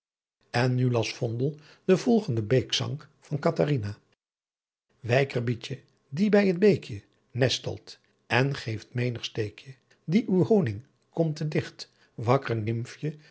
en nu las vondel den volgenden beekzang aan katharina wyker bietje die by t beekje nestelt en geeft menigh steekje die uw honigh komt te dicht